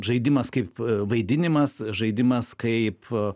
žaidimas kaip vaidinimas žaidimas kaip